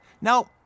Now